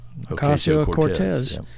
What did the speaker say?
Ocasio-Cortez